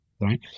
Right